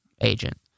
agent